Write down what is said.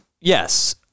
yes